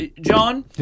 John